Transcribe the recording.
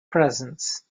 presence